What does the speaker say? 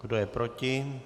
Kdo je proti?